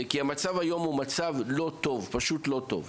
כי המצב היום לא טוב פשוט לא טוב.